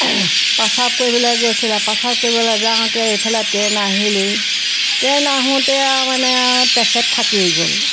প্ৰস্ৰাৱ কৰিবলৈ গৈছিলে প্ৰস্ৰাৱ কৰিবলৈ যাওঁতে এইফালে ট্ৰেইন আহিলেই ট্ৰেইন আহোঁতে আৰু মানে আৰু তেখেত থাকিয়ে গ'ল